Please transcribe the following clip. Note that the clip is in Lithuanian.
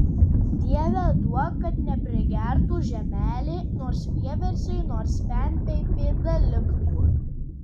dieve duok kad neprigertų žemelė nors vieversiui nors pempei pėda liktų